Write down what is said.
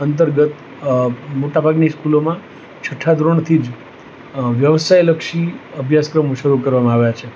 અંતર્ગત મોટા ભાગની સ્કૂલોમાં છઠ્ઠા ધોરણથી જ વ્યવસાયલક્ષી અભ્યાસક્રમો શરૂ કરવામાં આવ્યા છે